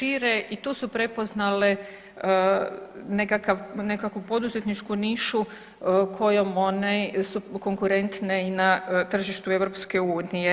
I tu su prepoznale nekakvu poduzetničku nišu kojom su one konkurentne i na tržištu EU.